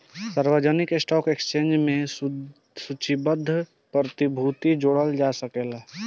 सार्वजानिक stock exchange में सूचीबद्ध प्रतिभूति जोड़ल जा सकेला